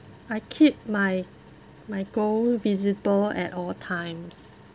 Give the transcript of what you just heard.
I keep my my goal visible at all times